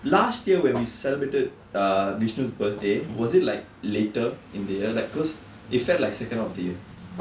last year when we celebrated uh vishnu birthday was it like later in the year like cause it felt like second half of the year